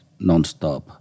nonstop